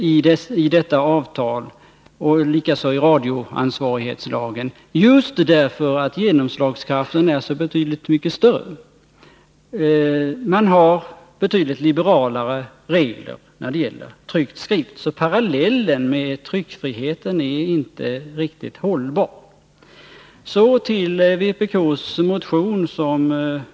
Samma förhållande återkommer i radioansvarighetslagen, just med tanke på att genomslagskraften är betydligt större på detta område än vad avser tryckt skrift. För sådan gäller betydligt liberalare regler. Parallellen med tryckfriheten är alltså inte riktigt hållbar. Så till vpk:s motion.